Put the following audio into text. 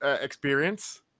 experience